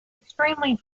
extremely